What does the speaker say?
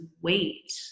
wait